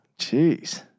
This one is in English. Jeez